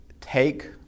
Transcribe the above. take